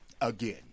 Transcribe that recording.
Again